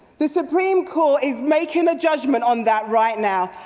the supreme court is making a judgment on that right now.